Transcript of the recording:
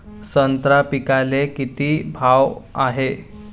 संत्रा पिकाले किती भाव हाये?